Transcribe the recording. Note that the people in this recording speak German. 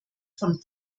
von